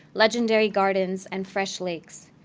legendary gardens, and fresh lakes.